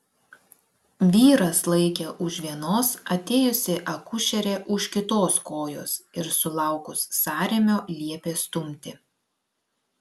vyras laikė už vienos atėjusi akušerė už kitos kojos ir sulaukus sąrėmio liepė stumti